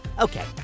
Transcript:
Okay